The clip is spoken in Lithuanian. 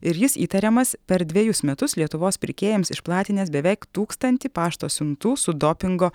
ir jis įtariamas per dvejus metus lietuvos pirkėjams išplatinęs beveik tūkstantį pašto siuntų su dopingo